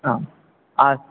आम् आस्